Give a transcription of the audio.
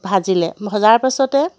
ভাজিলে ভজাৰ পিছতে